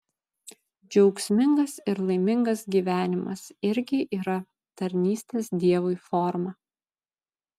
džiaugsmingas ir laimingas gyvenimas irgi yra tarnystės dievui forma